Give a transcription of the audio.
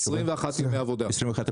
תוך 21 ימי עבודה.